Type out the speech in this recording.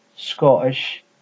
Scottish